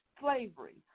slavery